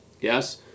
yes